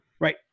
Right